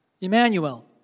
Emmanuel